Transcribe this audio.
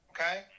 okay